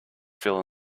fill